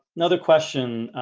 another question